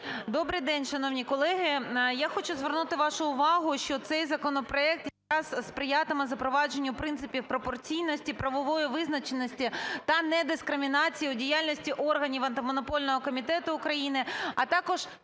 Добрий день, шановні колеги! Я хочу звернути вашу увагу, що цей законопроект якраз сприятиме запровадженню принципів пропорційності, правової визначеності та недискримінації у діяльності органів Антимонопольного комітету України, а також